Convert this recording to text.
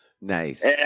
Nice